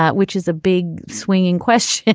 ah which is a big. swinging quests.